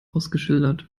ausgeschildert